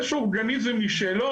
יש אורגניזם משלו,